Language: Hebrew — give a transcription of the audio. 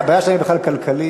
הבעיה שלהם בכלל כלכלית,